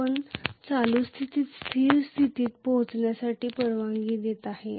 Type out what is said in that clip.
आपण चालू स्थितीत स्थिर स्थितीत पोहोचण्याची परवानगी देत नाही